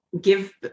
Give